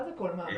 מה זה כל מאמץ?